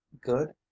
good